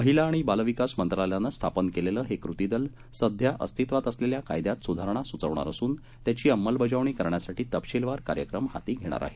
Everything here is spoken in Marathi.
महिला आणि बालविकास मंत्रालयानं स्थापन केलेलं हे कृती दल सध्या अस्तित्वात असलेल्या कायद्यात सुधारणा सुचवणार असून त्याची अंमलबजावणी करण्यासाठी तपशिलवार कार्यक्रम हाती घेणार आहे